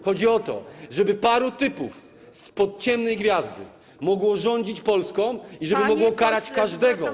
Chodzi o to, żeby paru typów spod ciemnej gwiazdy mogło rządzić Polską i żeby mogło ukarać każdego.